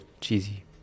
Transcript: cheesy